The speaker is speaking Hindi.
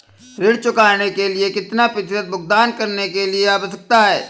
ऋण चुकाने के लिए कितना प्रतिशत भुगतान करने की आवश्यकता है?